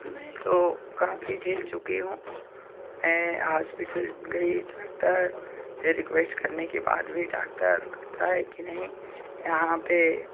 मैं तो काफी झेल चुकी हूँ मैं हास्पिटल गई डाक्टर से रिक्वेस्ट करने के बाद भी डाक्टर कहता है कि नहीं यहाँ पर